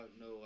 no